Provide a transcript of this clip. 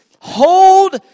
hold